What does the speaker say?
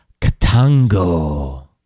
Katango